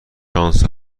شانس